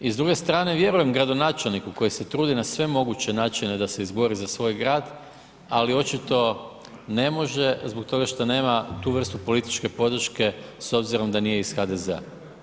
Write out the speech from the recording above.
I s druge strane vjerujem gradonačelniku koji se trudi na sve moguće načine da se izbori za svoj grad, ali očito ne može zbog toga što nema tu vrstu političke podrške s obzirom da nije iz HDZ-a.